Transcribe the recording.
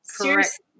Correct